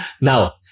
Now